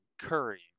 curry